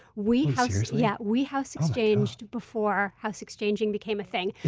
we house yeah we house exchanged before house exchanging became a thing.